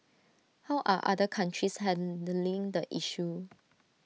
how are other countries handling the issue